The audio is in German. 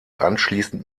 anschließend